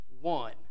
one